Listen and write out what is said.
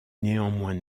néanmoins